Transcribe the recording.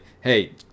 hey